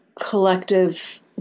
collective